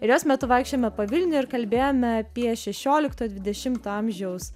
ir jos metu vaikščiojome po vilnių ir kalbėjome apie šešioliktojo dvidešimto amžiaus